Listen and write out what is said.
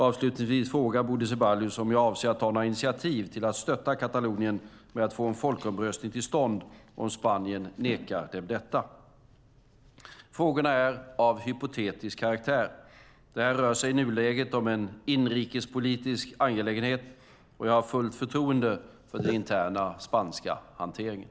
Avslutningsvis frågar Bodil Ceballos om jag avser att ta några initiativ till att stötta Katalonien med att få en folkomröstning till stånd om Spanien nekar dem detta. Frågorna är av hypotetisk karaktär. Det här rör sig i nuläget om en inrikespolitisk angelägenhet, och jag har fullt förtroende för den interna spanska hanteringen.